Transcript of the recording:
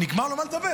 כשנגמר לו על מה לדבר,